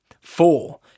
four